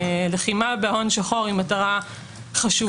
ולחימה בהון שחור, היא מטרה חשובה.